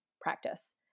practice